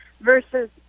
versus